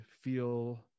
feel